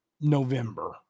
November